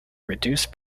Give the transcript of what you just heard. reduced